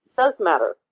does matter.